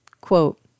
Quote